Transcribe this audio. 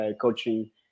coaching